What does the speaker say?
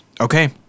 Okay